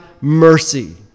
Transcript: mercy